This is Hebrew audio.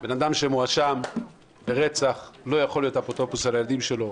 אדם שמואשם ברצח לא יכול להיות אפוטרופוס על הילדים שלו.